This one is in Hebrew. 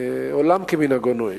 ועולם כמנהגו נוהג.